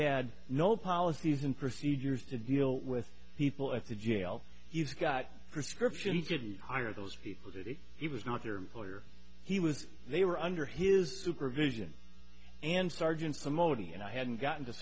had no policies and procedures to deal with people at the jail he's got prescriptions didn't hire those people did it he was not their employer he was they were under his supervision and sergeants i'm o t and i hadn't gotten to